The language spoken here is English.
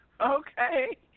Okay